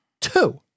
Two